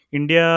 India